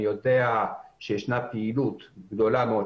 אני יודע שישנה פעילות גדולה מאוד,